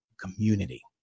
community